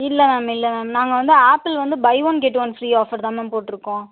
இல்லை மேம் இல்லை மேம் நாங்கள் வந்து ஆப்பிள் வந்து buy one get one free offer தான் மேம் போட்டுருக்கோம்